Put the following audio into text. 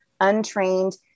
untrained